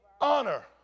honor